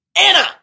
Anna